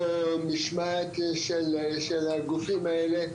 או משמעת של הגופים האלה,